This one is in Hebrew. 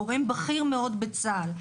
גורם בכיר מאוד בצה"ל,